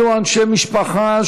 אלו אנשי משפחה,